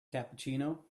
cappuccino